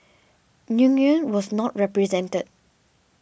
Nguyen was not represented